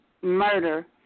murder